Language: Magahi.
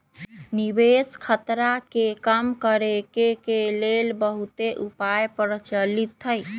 निवेश खतरा के कम करेके के लेल बहुते उपाय प्रचलित हइ